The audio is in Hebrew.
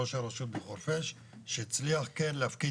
ראש הרשות בחורפיש שהצליח כן להפקיד